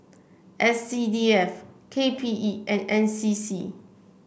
S C D F K P E and N C C